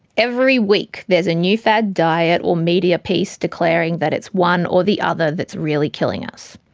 every week there's a new fad diet or media piece declaring that it's one or the other that's really killing us.